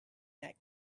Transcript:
that